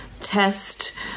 test